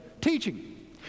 teaching